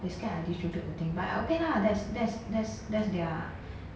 they scared I distributed the thing but I okay lah that's that's that's that's their